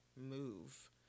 move